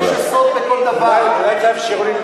בעד נשים,